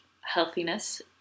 healthiness